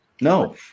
no